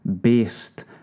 based